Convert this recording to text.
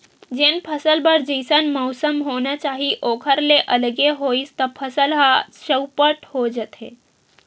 जेन फसल बर जइसन मउसम होना चाही ओखर ले अलगे होइस त फसल ह चउपट हो जाथे